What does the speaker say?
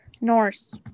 Norse